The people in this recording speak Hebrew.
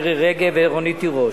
מירי רגב ורונית תירוש.